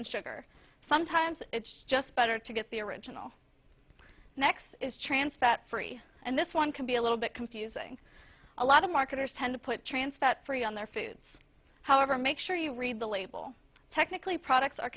and sugar sometimes it's just better to get the original next is trans fat free and this one can be a little bit confusing a lot of marketers tend to put trans fat free on their foods however make sure you read the label technically products are